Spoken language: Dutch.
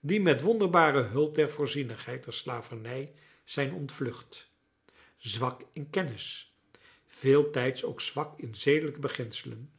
die met wonderbare hulp der voorzienigheid de slavernij zijn ontvlucht zwak in kennis veeltijds ook zwak in zedelijke beginselen